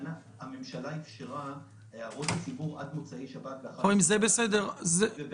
הממשלה אפשרה להגיש את הערות הציבור עד למוצאי שבת וב-11 בבוקר,